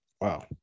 Wow